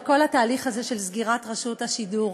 על כל התהליך הזה של סגירת רשות השידור.